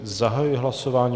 Zahajuji hlasování.